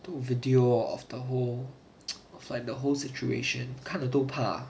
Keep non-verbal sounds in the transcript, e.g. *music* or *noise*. took video of the whole *noise* like the whole situation 看了都怕